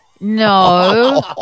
No